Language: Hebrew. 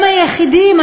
הם היחידים,